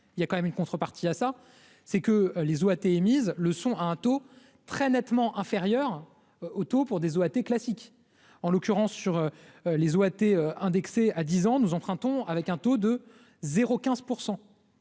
il y a quand même une contrepartie à ça, c'est que les OAT émises le sont à un taux très nettement inférieur au taux pour des OAT classique, en l'occurrence sur les OAT indexées à 10 ans nous empruntons avec un taux de 0 15